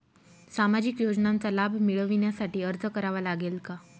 सामाजिक योजनांचा लाभ मिळविण्यासाठी अर्ज करावा लागेल का?